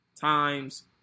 times